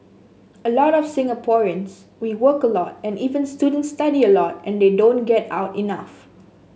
a lot of Singaporeans we work a lot and even students study a lot and they don't get out enough